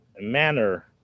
manner